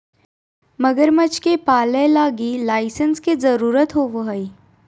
मगरमच्छ के पालय लगी लाइसेंस के जरुरत होवो हइ